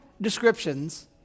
descriptions